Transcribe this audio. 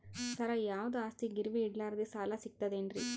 ಸರ, ಯಾವುದು ಆಸ್ತಿ ಗಿರವಿ ಇಡಲಾರದೆ ಸಾಲಾ ಸಿಗ್ತದೇನ್ರಿ?